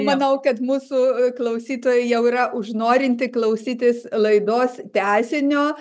manau kad mūsų klausytojai jau yra užnorinti klausytis laidos tęsinio